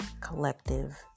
collective